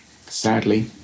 sadly